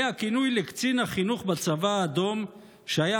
היה כינוי לקצין החינוך בצבא האדום שהיה